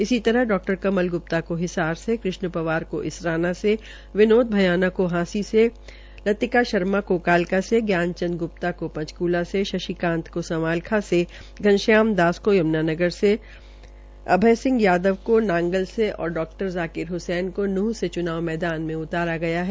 इसी तरह डा कमल ग्प्ता को हिसार से कृष्ण पवार को इसराना से विनोद भ्याना को हांसी से लतिका शर्मा को कालका से ज्ञानचंद ग्प्ता को पंचकूला से शशिकांत को समालखां से घनश्याम दास को यम्नानगर से अभय सिंह यादव को नांगल सेदऔर डॉ जाकिर हसैन को नूंह से च्नाव मैदान में उतारा गया है